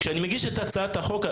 כשאני מגיש את הצעת החוק,